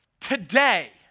today